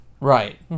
Right